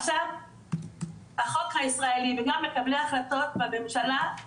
עכשיו החוק הישראלי וגם מקבלי ההחלטות בממשלה,